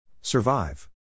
Survive